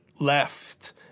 left